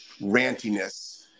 rantiness